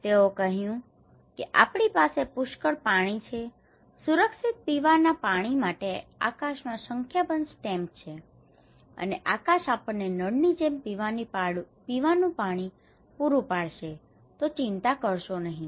તેઓએ કહ્યું કે આપણી પાસે પુષ્કળ પાણી છે સુરક્ષિત પીવાના પાણી માટે આકાશમાં સંખ્યાબંધ સ્ટેમ્પ stamps છાપ છે અને આકાશ આપણને નળની જેમ પીવાનું પાણી પૂરું પાડશે ચિંતા કરશો નહીં